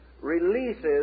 releases